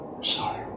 Sorry